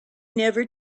never